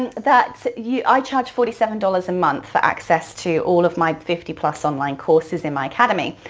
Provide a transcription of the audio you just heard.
and that, yeah i charge forty seven dollars a month for access to all of my fifty plus online courses in my academy.